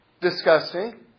disgusting